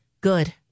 good